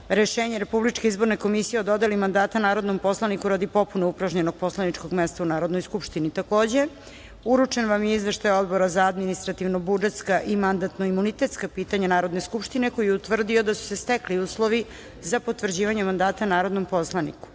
rešenje RIK o dodeli mandata narodnom poslaniku radi popune upražnjenog poslaničkog mesta u Narodnoj skupštini. Takođe, uručen vam je izveštaj Odbora za administrativno-budžetska i mandatno-imunitetska pitanja Narodne skupštine, koji je utvrdio da su stekli uslovi za potvrđivanje mandata narodnom poslaniku. Na